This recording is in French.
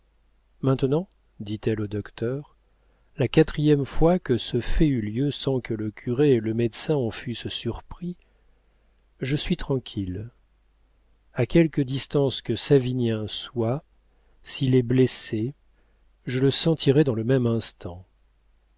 maintenant dit-elle au docteur la quatrième fois que ce fait eut lieu sans que le curé et le médecin en fussent surpris je suis tranquille à quelque distance que savinien soit s'il est blessé je le sentirai dans le même instant